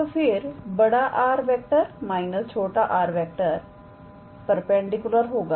तो फिर 𝑅⃗ − 𝑟⃗ परपेंडिकुलर होगा